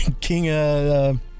King